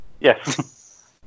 Yes